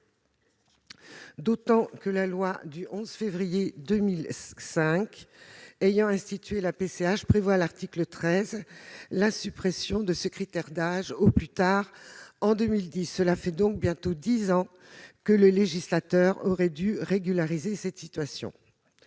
d'autant que la loi du 11 février 2005 ayant institué la PCH prévoit, à l'article 13, la suppression de ce critère d'âge au plus tard en 2010. Voilà donc bientôt dix ans que le législateur aurait dû régulariser cette situation.